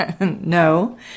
No